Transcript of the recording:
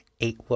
eight